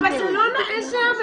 איזה עוול?